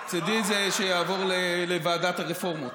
מצידי, שיעבור לוועדת הרפורמות,